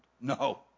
No